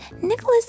Nicholas